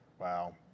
Wow